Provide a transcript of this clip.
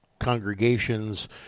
congregations